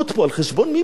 על חשבון מי בדיוק?